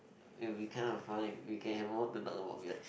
it'll be kind of fun you you can emo to talk about weird